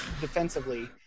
defensively